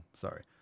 sorry